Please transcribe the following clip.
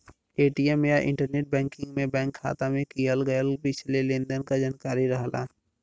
ATM या internet banking में bank खाता में किहल गयल पिछले लेन देन क जानकारी रहला